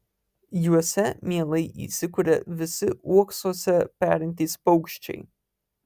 juose mielai įsikuria visi uoksuose perintys paukščiai